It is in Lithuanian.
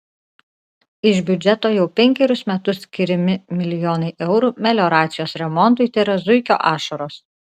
iš biudžeto jau penkerius metus skiriami milijonai eurų melioracijos remontui tėra zuikio ašaros